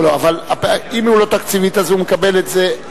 אבל אם היא לא תקציבית הוא מקבל את זה,